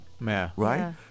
right